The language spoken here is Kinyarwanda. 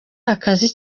akazi